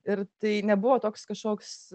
ir tai nebuvo toks kažkoks